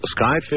skyfish